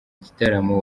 gitaramo